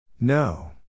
No